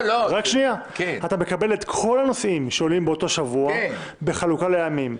אתה מקבל את כל הנושאים שעולים באותו שבוע בחלוקה ימים.